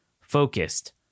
focused